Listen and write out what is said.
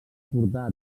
portar